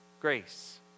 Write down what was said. grace